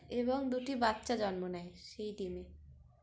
এবং দুটি বাচ্চা জন্ম নেয় সেই ডিমে